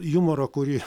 jumorą kurį